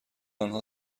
آنها